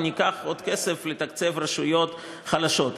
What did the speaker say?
וניקח עוד כסף לתקצב רשויות חלשות,